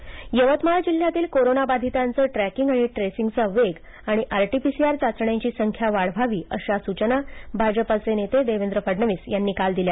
फडणवीस यवतमाळ यवतमाळ जिल्ह्यातील कोरोनाबाधितांचं ट्रॅकिंग आणि ट्रेसिंगचा वेग आणि आरटीपीसीआर चाचण्यांची संख्या वाढवावी अशा सूचना भाजपाचे नेते देवेंद्र फडणवीस यांनी काल दिल्या